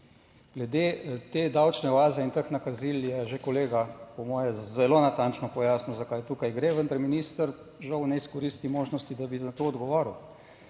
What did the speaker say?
Glede te davčne oaze in teh nakazil je že kolega, po moje, zelo natančno pojasnil za kaj tukaj gre, vendar minister, žal, ne izkoristi možnosti, da bi na to odgovoril.